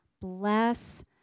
bless